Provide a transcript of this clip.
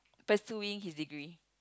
pursuing his degree